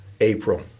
April